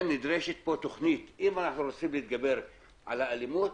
אם אנחנו רוצים להתגבר על האלימות,